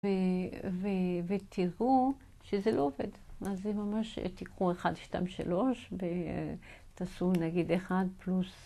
ותראו שזה לא עובד, אז זה ממש, תיקחו 1, 2, 3 ותעשו נגיד 1 פלוס.